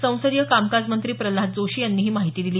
संसदीय कामकाजमंत्री प्रल्हाद जोशी यांनी ही माहिती दिली